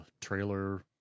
trailer